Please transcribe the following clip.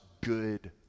good